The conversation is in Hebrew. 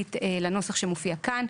הממשלתית לנוסח שמופיע כאן.